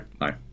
No